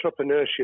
entrepreneurship